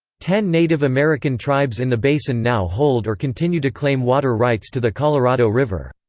ten native american tribes in the basin now hold or continue to claim water rights to the colorado river.